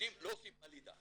יהודים לא עושים מליזה.